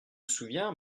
souviens